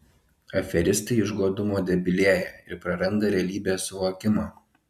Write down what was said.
aferistai iš godumo debilėja ir praranda realybės suvokimą